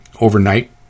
overnight